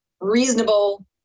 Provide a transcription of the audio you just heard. reasonable